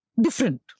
different